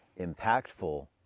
impactful